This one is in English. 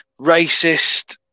racist